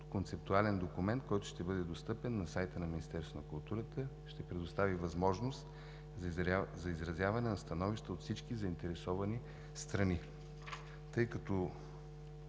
концептуален документ, който ще бъде достъпен на сайта на Министерството на културата – ще предостави възможност за изразяване на становища от всички заинтересовани страни. Тъй като